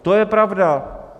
To je pravda.